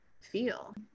feel